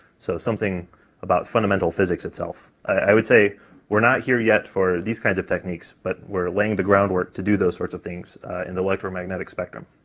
so something about fundamental physics itself. i would say we're not here yet for these kinds of techniques, but we're laying the groundwork to do those sorts of things in the electromagnetic spectrum.